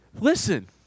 listen